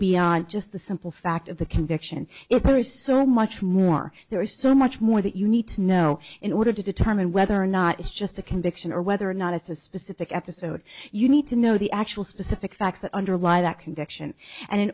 beyond just the simple fact of the conviction if there is so much more there is so much more that you need to know in order to determine whether or not it's just a conviction or whether or not it's a specific episode you need to know the actual specific facts that underlie that conviction and